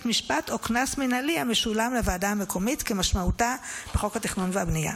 המשפט או קנס מינהלי המשולם לוועדה המקומית כמשמעותה בחוק התכנון והבנייה.